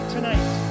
Tonight